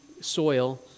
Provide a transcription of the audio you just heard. soil